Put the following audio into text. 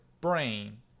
brain